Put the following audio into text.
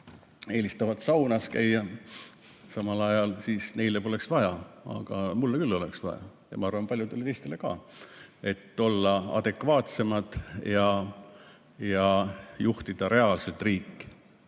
eelistavad saunas käia samal ajal, siis neile poleks vaja, aga mulle küll oleks vaja ja ma arvan, et paljudele teistele ka, et olla adekvaatsemad ja juhtida reaalselt riiki.